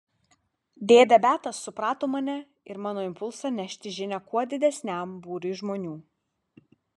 dėdė betas suprato mane ir mano impulsą nešti žinią kuo didesniam būriui žmonių